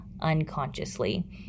unconsciously